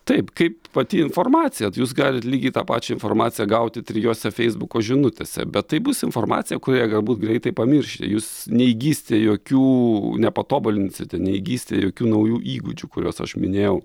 taip kaip pati informacija jūs galit lygiai tą pačią informaciją gauti trijose feisbuko žinutėse bet tai bus informacija kurią galbūt greitai pamiršite jūs neįgysite jokių nepatobulinsite neįgysite jokių naujų įgūdžių kuriuos aš minėjau